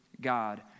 God